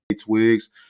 Twigs